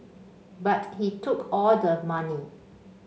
but he took all the money